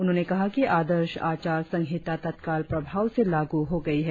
उन्होंने कहा कि आदर्श आचार संहिता तत्काल प्रभाव के लागू हो गई है